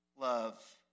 love